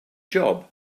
job